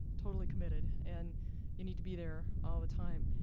totally committed, and you need to be there all the time.